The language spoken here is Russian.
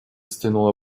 стянула